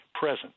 present